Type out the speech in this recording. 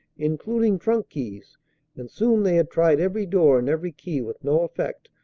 including trunk-keys and soon they had tried every door and every key with no effect,